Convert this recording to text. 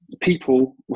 people